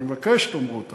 אני מבקש שתאמרו אותה.